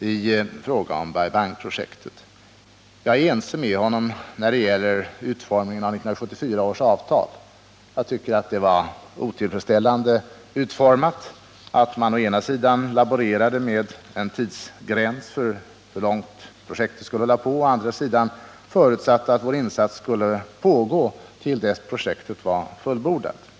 I fråga om Bai Bangprojektet är jag ense med honom när det gäller utformningen av 1974 års avtal. Jag tycker det var otillfredsställande att man å ena sidan laborerade med en tidsgräns, å andra sidan förutsatte att vår insats skulle pågå tills projektet var fullbordat.